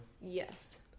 Yes